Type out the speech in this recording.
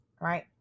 Right